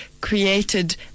created